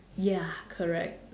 ya correct